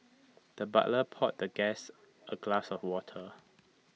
the butler poured the guest A glass of water